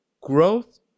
growth